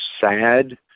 sad